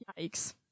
Yikes